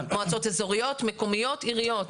מועצות אזוריות, מקומיות, עיריות.